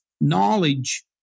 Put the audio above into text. Knowledge